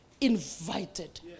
invited